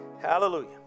Hallelujah